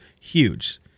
huge